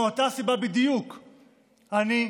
מאותה סיבה בדיוק אני,